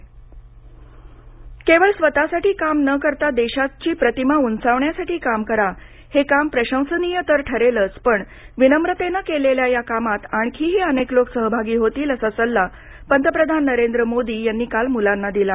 पंतप्रधान बाल प्रस्कार केवळ स्वतःसाठी काम न करता देशाचा प्रतिमा उंचावण्यासाठी काम करा हे काम प्रशंसनीय तर ठरेलच पण विनम्रतेनं केलेल्या या कामात आणखीही अनेक लोक सहभागी होतील असा सल्ला पंतप्रधान नरेंद्र मोदी यांनी काल मुलांना दिला